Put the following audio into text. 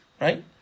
right